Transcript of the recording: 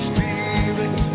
Spirit